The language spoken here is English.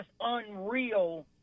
unreal